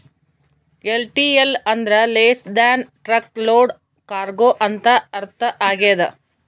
LTL ಅಂದ್ರ less than truck load cargo ಅಂತ ಅರ್ಥ ಆಗ್ಯದ